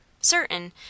certain